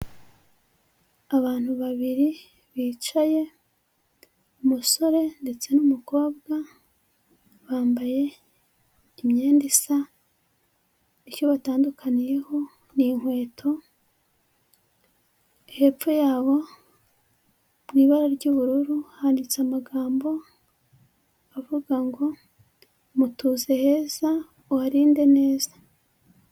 Abantu babiri bicaye umusore ndetse n'umukobwa bambaye imyenda isa, icyo batandukaniyeho n'inkweto, hepfo yabo mu ibara ry'ubururu handitse amagambo avuga ngo "mutuze heza uharinde neza".